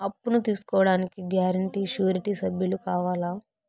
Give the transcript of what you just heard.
అప్పును తీసుకోడానికి guarantee, surety సభ్యులు కావాలా?